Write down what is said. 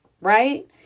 Right